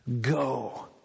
go